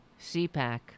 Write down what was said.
CPAC